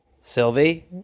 Sylvie